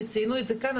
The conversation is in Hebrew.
וציינו את זה כאן,